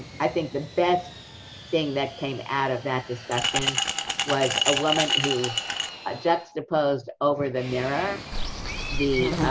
i think the best thing that came out of that discussion was a woman who ah juxtaposed over the mirror the